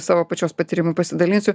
savo pačios patyrimu pasidalinsiu